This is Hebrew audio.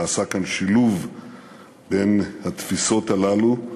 נעשה כאן שילוב בין התפיסות הללו,